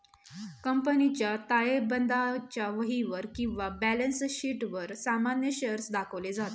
कंपनीच्या ताळेबंदाच्या वहीवर किंवा बॅलन्स शीटवर सामान्य शेअर्स दाखवले जातत